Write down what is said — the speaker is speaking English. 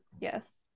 Yes